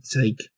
take